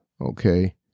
Okay